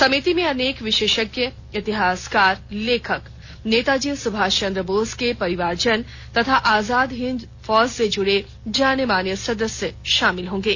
समिति में अनेक विशेषज्ञ इतिहासकार लेखक नेताजी सुभाष चन्द्र बोस के परिवारजन तथा आजाद हिंद फौज से जुड़े जाने माने लोग सदस्य के रूप में शामिल होंगे